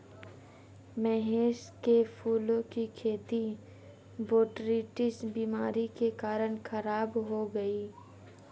महेश के फूलों की खेती बोटरीटिस बीमारी के कारण खराब हो गई